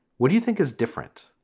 what do you think is different?